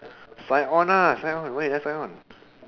sign on lah sign on why you never sign on